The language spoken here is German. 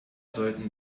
sollten